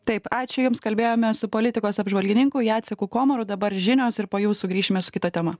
taip ačiū jums kalbėjome su politikos apžvalgininku jaceku komaru dabar žinios ir po jų sugrįšime su kita tema